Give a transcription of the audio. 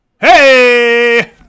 Hey